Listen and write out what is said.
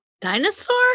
Dinosaur